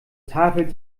tafel